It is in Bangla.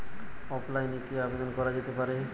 অফলাইনে কি আবেদন করা যেতে পারে?